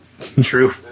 True